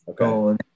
Okay